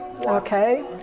Okay